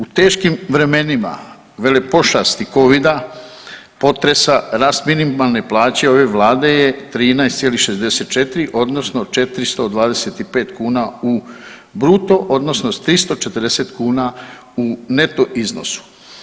U teškim vremenima velepošasti Covida, potresa rast minimalne plaće ove Vlade je 13,64 odnosno 425 kuna u bruto odnosno s 340 kuna u neto iznosu.